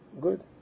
good